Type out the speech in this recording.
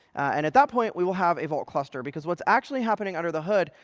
and at that point, we will have a vault cluster. because what's actually happening, under the hood,